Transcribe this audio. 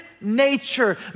nature